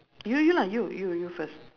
you you lah you you you first